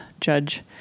Judge